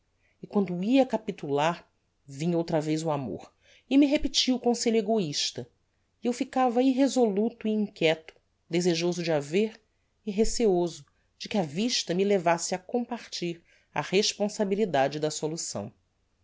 e quando ia a capitular vinha outra vez o amor e me repetia o conselho egoista e eu ficava irresoluto e inquieto desejoso do a ver e receioso de que a vista me levasse a compartir a responsabilidade da solução